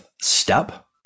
step